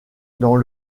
dans